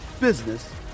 business